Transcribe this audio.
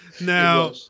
Now